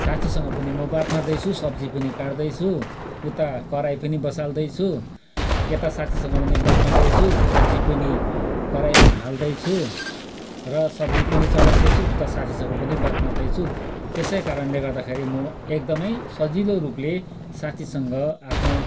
साथीसँग पनि म बात मार्दैछु सब्जी पनि काट्दैछु उता कराई पनि बसाल्दैछु यता साथीसँग पनि बात मार्दैछु सब्जी पनि कराईमा हाल्दैछु र सब्जी पनि चलाउँदैछु र उता साथीसँग पनि बात मार्दैछु त्यसै कारणले गर्दाखेरि म एकदमै सजिलो रूपले साथीसँग आफ्नो